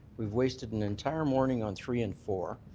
we wasted an entire morning on three and four,